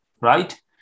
right